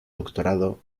doctorado